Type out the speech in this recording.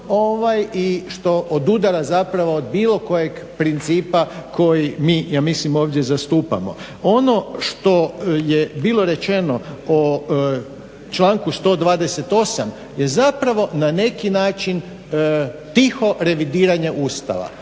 i što odudara od bilo kojeg principa koje mi ja mislim ovdje zastupamo. Ono što je bilo rečeno o članku 128.je zapravo na neki način tiho revidiranje Ustava